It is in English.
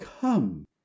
come